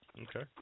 Okay